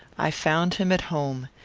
i found him at home.